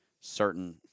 certain